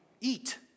Eat